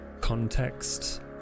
context